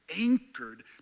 anchored